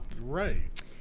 Right